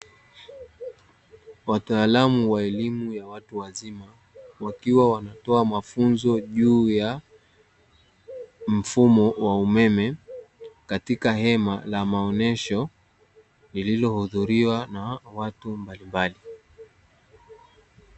Wataalamu wa elimu ya watu wazima wakiwa wanatoa mafunzo juu ya mfumo wa umeme katika hema la maonyesho lililohudhuriwa na watu mbalimbali.